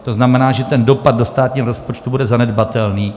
To znamená, že dopad do státního rozpočtu bude zanedbatelný.